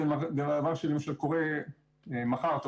זה דבר שלמשל קורה מחר טוב,